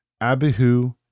Abihu